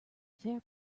fair